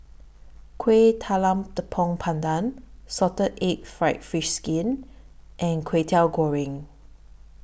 Kueh Talam Tepong Pandan Salted Egg Fried Fish Skin and Kwetiau Goreng